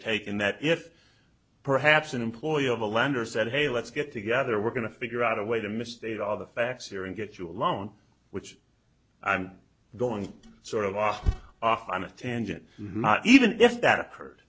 taking that if perhaps an employee of a lender said hey let's get together we're going to figure out a way to misstate all the facts here and get you a loan which i'm going sort of are often a tangent not even if that occurred